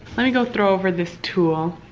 let me go throw over this tulle